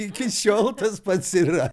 iki šiol tas pats yra